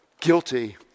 Guilty